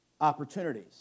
opportunities